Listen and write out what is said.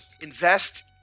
invest